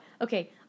okay